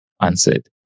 answered